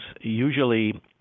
usually